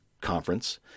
conference